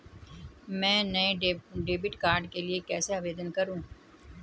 मैं नए debit card के लिए कैसे आवेदन करूं?